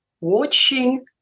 watching